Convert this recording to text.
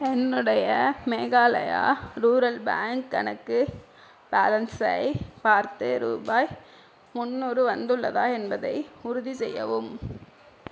என்னுடைய Meghalaya rural bank கணக்கு பேலன்ஸை பார்த்து ரூபாய் முன்னூறு வந்துள்ளதா என்பதை உறுதிசெய்யவும்